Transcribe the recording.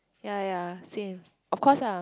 ya ya same of course lah